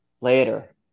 later